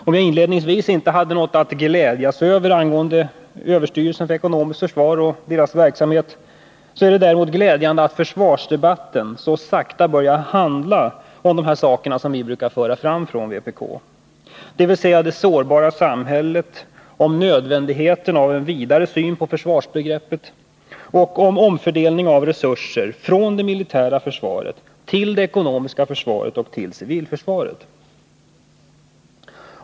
Om jag inledningsvis sade att jag inte hade någonting att glädjas över när det gäller överstyrelsen för ekonomiskt försvar och dess verksamhet, är det däremot glädjande att försvarsdebatten så sakta börjar handla om de saker som vi från vpk brukar föra fram, dvs. om det sårbara samhället, om en vidare syn på försvarsbegreppet och om en omfördelning av resurser från det militära försvaret till det ekonomiska försvaret och till civilförsvaret.